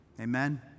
Amen